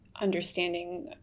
understanding